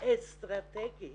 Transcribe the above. אסטרטגי